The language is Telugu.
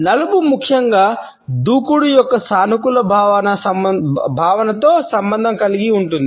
నలుపు ముఖ్యంగా దూకుడు యొక్క సానుకూల భావనతో సంబంధం కలిగి ఉంటుంది